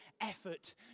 effort